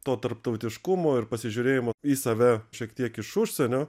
to tarptautiškumo ir pasižiūrėjimo į save šiek tiek iš užsienio